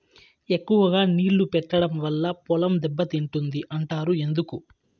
ఎక్కువగా నీళ్లు పెట్టడం వల్ల పొలం దెబ్బతింటుంది అంటారు ఎందుకు?